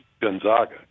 Gonzaga